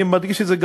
אני מדגיש את זה,